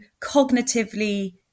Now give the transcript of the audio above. cognitively